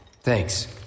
Thanks